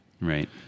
Right